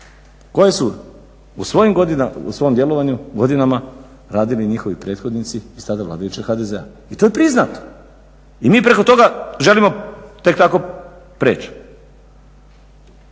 koje su u svom djelovanju godinama radili njihovi prethodnici iz tada vladajućeg HDZ-a i to je priznato. I mi preko toga želimo tek tako preći.